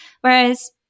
Whereas